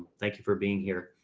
thank you for being here